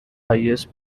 highest